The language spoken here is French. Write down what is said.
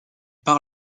par